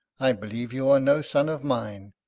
i believe you are no son of mine.